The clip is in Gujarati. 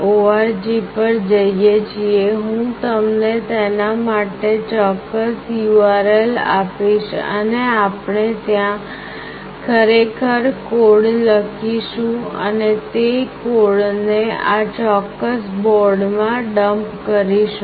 org પર જઈએ છીએ હું તમને તેના માટે ચોક્કસ URL આપીશ અને આપણે ત્યાં ખરેખર કોડ લખીશું અને તે કોડ ને આ ચોક્કસ બોર્ડ માં ડમ્પ કરીશું